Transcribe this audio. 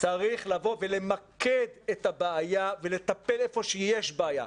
צריך למקד את הבעיה ולטפל איפה שיש בעיה.